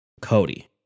Cody